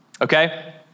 okay